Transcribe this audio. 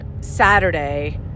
Saturday